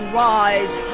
rise